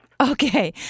Okay